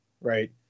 right